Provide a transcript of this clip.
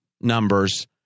numbers